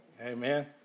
Amen